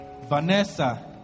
Vanessa